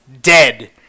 dead